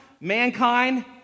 mankind